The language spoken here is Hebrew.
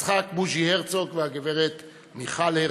יצחק בוז'י הרצוג והגברת מיכל הרצוג,